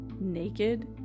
naked